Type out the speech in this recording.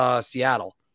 Seattle